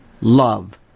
love